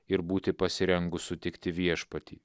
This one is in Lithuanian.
ir būti pasirengus sutikti viešpatį